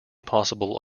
possible